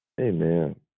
Amen